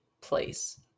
place